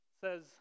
says